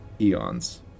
eons